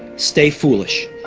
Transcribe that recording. stay foolish!